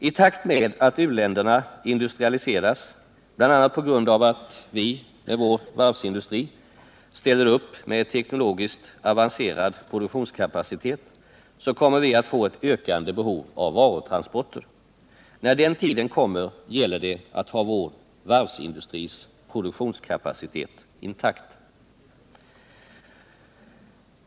I takt med att u-länderna industrialiseras, bl.a. på grund av att vi med vår varvsindustri ställer upp med en teknologiskt avancerad produktionskapacitet, så kommer vi att få ett ökande behov av varutransporter. När den tiden kommer gäller det att ha vår varvsindustris produktionskapacitet intakt.